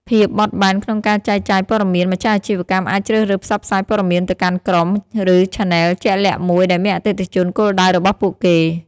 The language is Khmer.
ភាពបត់បែនក្នុងការចែកចាយព័ត៌មាន ម្ចាស់អាជីវកម្មអាចជ្រើសរើសផ្សព្វផ្សាយព័ត៌មានទៅកាន់ក្រុម ឬឆានែលជាក់លាក់មួយដែលមានអតិថិជនគោលដៅរបស់ពួកគេ។